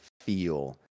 feel